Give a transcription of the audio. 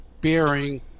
bearing